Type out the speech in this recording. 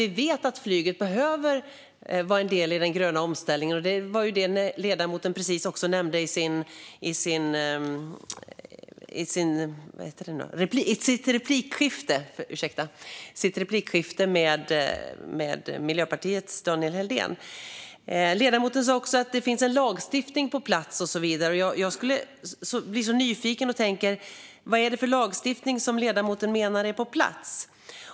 Vi vet att flyget måste vara med i den gröna omställningen, och ledamoten nämnde detta också i sitt replikskifte med Miljöpartiets Daniel Helldén. Ledamoten sa också att det finns en lagstiftning på plats. Jag blir nyfiken och undrar vilken lagstiftning som ledamoten menar är på plats.